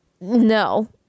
No